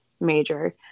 major